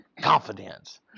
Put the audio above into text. Confidence